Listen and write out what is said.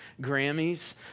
Grammys